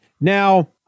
Now